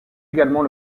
également